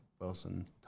Wilson